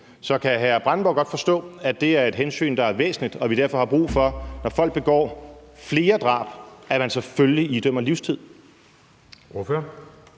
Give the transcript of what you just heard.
Så kan hr. Bjørn Brandenborg godt forstå, at det er et hensyn, der er væsentligt, og at vi derfor har brug for, når folk begår flere drab, at man selvfølgelig idømmer dem livstid?